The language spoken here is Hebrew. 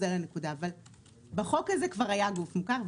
אבל בחוק הזה כבר היה גוף מוכר,